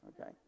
Okay